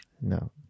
No